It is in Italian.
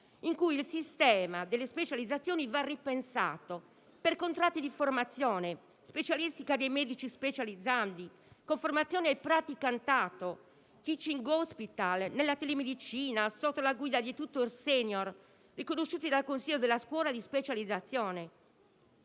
ripensare il sistema delle specializzazioni per contratti di formazione specialistica dei medici specializzandi, con formazione e praticantato, *teaching hospital* e telemedicina sotto la guida di *tutor senior* riconosciuti dal Consiglio della scuola di specializzazione.